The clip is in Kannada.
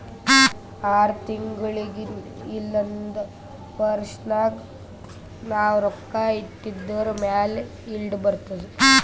ಆರ್ ತಿಂಗುಳಿಗ್ ಇಲ್ಲ ಒಂದ್ ವರ್ಷ ನಾಗ್ ನಾವ್ ರೊಕ್ಕಾ ಇಟ್ಟಿದುರ್ ಮ್ಯಾಲ ಈಲ್ಡ್ ಬರ್ತುದ್